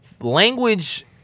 Language